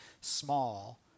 small